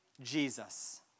Jesus